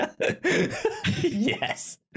Yes